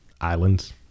islands